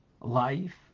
Life